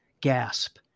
gasp